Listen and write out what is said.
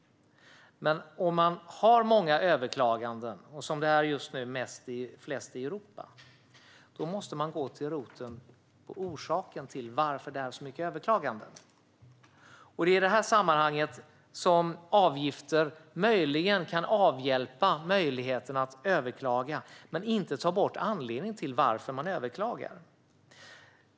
Men om man har många överklaganden - som det är just nu flest i Europa - måste man gå till roten och orsaken till att det görs så många överklaganden. Det är i det sammanhanget som avgifter möjligen kan hjälpa genom att ta bort möjligheten att överklaga. Men de tar inte bort anledningen till att man överklagar.